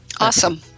Awesome